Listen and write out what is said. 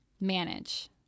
manage